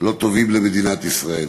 לא טובים למדינת ישראל.